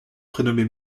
prénommé